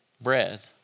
Bread